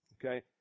Okay